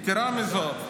יתרה מזו,